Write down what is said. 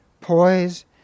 poise